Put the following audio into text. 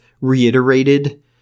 reiterated